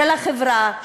של החברה,